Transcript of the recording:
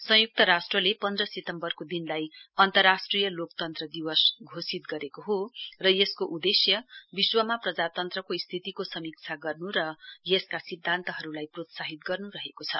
संयुक्त राष्ट्रले पन्ध्र सितम्बरको दिनलाई अन्तराष्ट्रिय लोकतन्त्र दिवस घोषित गरेको हो र यसको उदेश्य विश्वमा प्रजातन्त्रको स्थितिको समीक्षा गर्नु र यसका सिध्दान्तहरुलाई प्रोत्साहित गर्नु रहेको छ